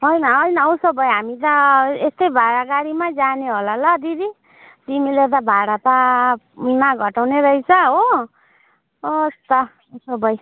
होइन होइन उसो भए हामी त यस्तै भाडा गाडीमा जाने होला ल दिदी तिमीले त भाडा ता नघटाउने रहेछ हो होस् त उसो भए